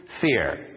fear